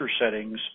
settings